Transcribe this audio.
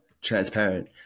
transparent